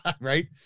Right